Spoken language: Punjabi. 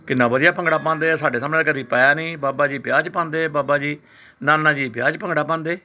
ਕਿੰਨਾ ਵਧੀਆ ਭੰਗੜਾ ਪਾਉਂਦੇ ਆ ਸਾਡੇ ਸਾਹਮਣੇ ਤਾਂ ਕਦੇ ਪਾਇਆ ਨਹੀਂ ਬਾਬਾ ਜੀ ਵਿਆਹ 'ਚ ਪਾਉਂਦੇ ਬਾਬਾ ਜੀ ਨਾਨਾ ਜੀ ਵਿਆਹ 'ਚ ਭੰਗੜਾ ਪਾਉਂਦੇ